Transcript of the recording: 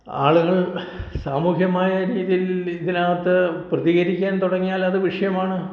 ആളുകൾ സാമൂഹ്യമായ രീതീൽ ഇതിനകത്ത് പ്രതികരിക്കാൻ തുടങ്ങിയാൽ അത് വിഷയമാണ്